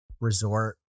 resort